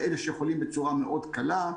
אלה שחולים, בצורה מאוד קלה.